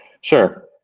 Sure